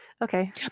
Okay